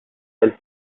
elle